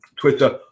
Twitter